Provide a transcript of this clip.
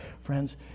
Friends